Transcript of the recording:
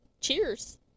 Cheers